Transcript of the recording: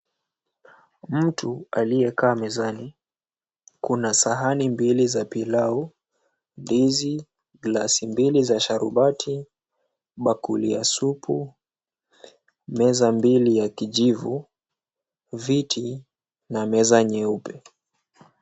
Mtu aliyekaa mezani. Kuna sahani mbili za pilau, ndizi, glasi mbili za sharubati, bakuli ya supu, meza mbili ya kijivu, viti, na meza nyeupe.